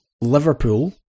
Liverpool